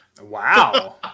Wow